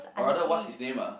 or rather what's his name ah